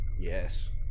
Yes